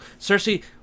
Cersei